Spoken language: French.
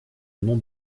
nom